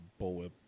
bullwhip